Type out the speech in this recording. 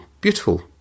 beautiful